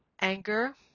Anger